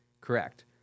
correct